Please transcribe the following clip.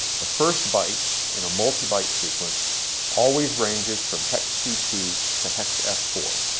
the first byte in a multibyte sequence always ranges from hex c two to hex f four.